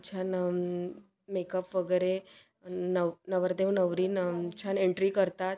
छान मेकअप वगैरे नव नवरदेव नवरी नं छान एंट्री करतात